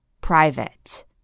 private